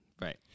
Right